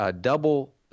double